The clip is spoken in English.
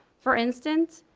for instance,